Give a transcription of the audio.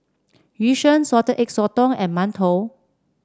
Yu Sheng Salted Egg Sotong and mantou